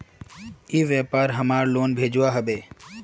ई व्यापार हमार लोन भेजुआ हभे?